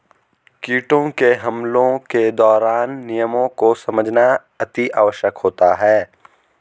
कीटों के हमलों के दौरान नियमों को समझना अति आवश्यक होता है